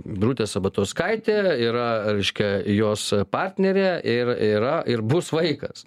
birutė sabatauskaitė yra reiškia jos partnerė ir yra ir bus vaikas